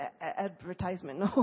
advertisement